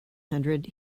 hundred